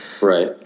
Right